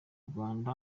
rwanda